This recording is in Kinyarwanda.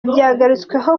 byagarutsweho